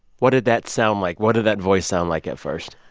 what did that sound like? what did that voice sound like at first?